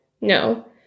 No